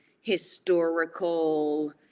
historical